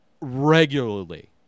regularly